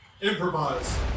Improvise